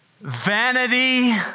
Vanity